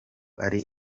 ari